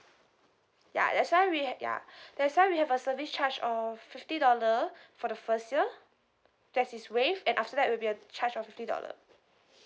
ya that's why we ha~ ya that's why we have a service charge of fifty dollar for the first year that is waived and after that will be a charge of fifty dollar